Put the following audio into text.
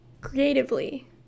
creatively